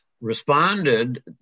responded